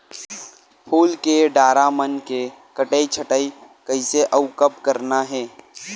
फूल के डारा मन के कटई छटई कइसे अउ कब करना हे?